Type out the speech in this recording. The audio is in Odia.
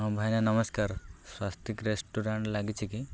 ହଁ ଭାଇନା ନମସ୍କାର ସ୍ୱାସ୍ତିିକ ରେଷ୍ଟୁରାଣ୍ଟ ଲାଗିଛି କି